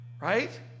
right